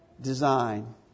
Design